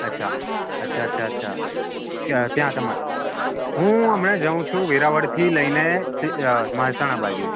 અચ્છા અચ્છા અચ્છા અચ્છા ક્યાં ત્યાં તમે હું હમણાં જાઉં છું વેરાવળથી લઈને મહેસાણા બાજુ